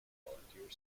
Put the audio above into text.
volunteer